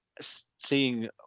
seeing